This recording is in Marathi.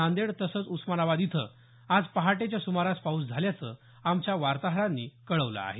नांदेड तसंच उस्मानाबाद इथं आज पहाटेच्या सुमारास पाऊस झाल्याचं आमच्या वार्ताहरांनी कळवलं आहे